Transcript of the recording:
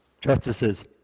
Justices